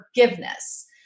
forgiveness